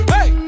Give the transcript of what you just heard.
Hey